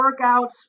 workouts